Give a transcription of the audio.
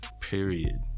Period